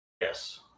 Yes